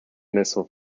missile